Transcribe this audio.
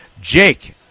Jake